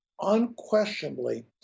unquestionably